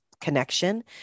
connection